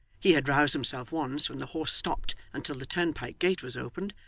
he had roused himself once, when the horse stopped until the turnpike gate was opened,